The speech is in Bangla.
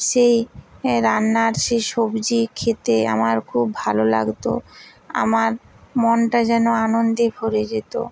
সে রান্নার সেই সবজি খেতে আমার খুব ভালো লাগত আমার মনটা যেন আনন্দে ভরে যেত